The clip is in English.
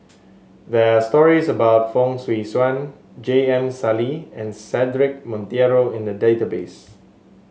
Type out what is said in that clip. there are stories about Fong Swee Suan J M Sali and Cedric Monteiro in the database